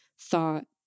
thought